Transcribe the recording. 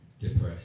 depressed